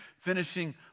finishing